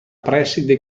preside